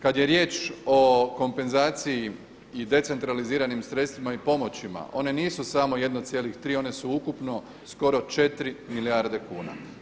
Kad je riječ o kompenzaciji i decentraliziranim sredstvima i pomoćima one nisu samo 1,3 one su ukupno skoro 4 milijarde kuna.